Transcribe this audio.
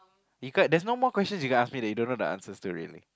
be curt there's no more questions you can ask me that you don't know the answers to really